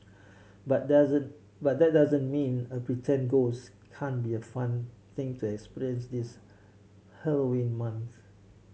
but doesn't but that doesn't mean a pretend ghost can't be a fun thing to experience this Halloween month